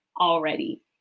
already